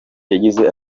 yagize